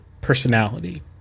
personality